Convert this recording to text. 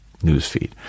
newsfeed